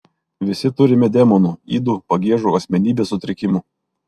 visi turime demonų ydų pagiežų asmenybės sutrikimų